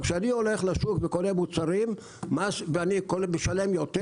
כשאני הולך לשוק וקונה מוצרים ומשלם יותר